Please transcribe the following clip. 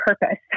purpose